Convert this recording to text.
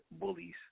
bullies